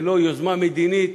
ללא יוזמה מדינית,